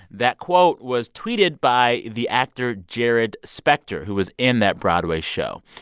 that quote was tweeted by the actor jarrod spector, who was in that broadway show.